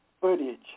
footage